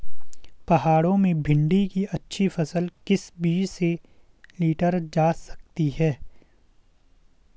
पहाड़ों में भिन्डी की अच्छी फसल किस बीज से लीटर जा सकती है?